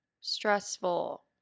stressful